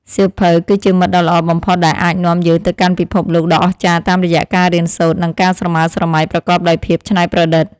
សៀវភៅ គឺជាមិត្តដ៏ល្អបំផុតដែលអាចនាំយើងទៅកាន់ពិភពលោកដ៏អស្ចារ្យតាមរយៈការរៀនសូត្រ និងការស្រមើស្រមៃប្រកបដោយភាពច្នៃប្រឌិត។